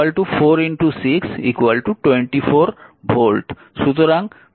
সুতরাং v0 24 volt